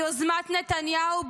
ביוזמת נתניהו,